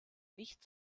nicht